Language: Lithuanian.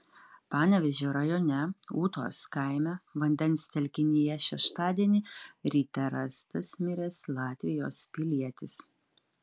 panevėžio rajone ūtos kaime vandens telkinyje šeštadienį ryte rastas miręs latvijos pilietis